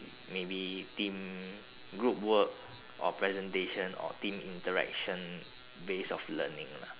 maybe team group work or presentation or team interaction base of learning lah